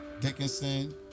Dickinson